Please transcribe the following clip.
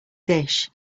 dish